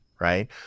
right